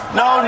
no